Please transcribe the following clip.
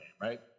right